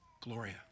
gloria